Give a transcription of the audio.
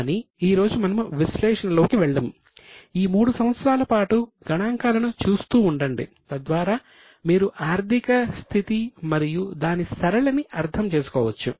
కానీ ఈ రోజు మనము విశ్లేషణలోకి వెళ్ళము ఈ 3 సంవత్సరాల పాటు గణాంకాలను చూస్తూ ఉండండి తద్వారా మీరు ఆర్థిక స్థితి మరియు దాని సరళిని అర్థం చేసుకోవచ్చు